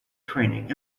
training